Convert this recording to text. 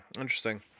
interesting